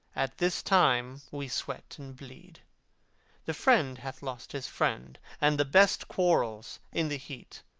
at this time we sweat and bleed the friend hath lost his friend and the best quarrels, in the heat,